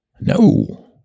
no